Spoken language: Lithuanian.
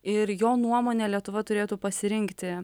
ir jo nuomone lietuva turėtų pasirinkti